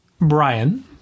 Brian